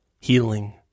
healing